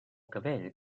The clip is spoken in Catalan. cabell